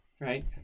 Right